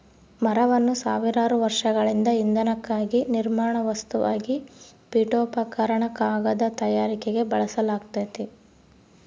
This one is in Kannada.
ಮರವನ್ನು ಸಾವಿರಾರು ವರ್ಷಗಳಿಂದ ಇಂಧನಕ್ಕಾಗಿ ನಿರ್ಮಾಣ ವಸ್ತುವಾಗಿ ಪೀಠೋಪಕರಣ ಕಾಗದ ತಯಾರಿಕೆಗೆ ಬಳಸಲಾಗ್ತತೆ